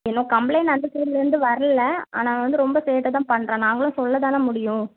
இன்னும் கம்ப்ளைண்ட் அந்த சைட்டிலேருந்து வரல ஆனால் வந்து ரொம்ப சேட்டை தான் பண்ணுறான் நாங்களும் சொல்லதானே முடியும்